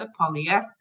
polyester